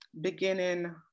beginning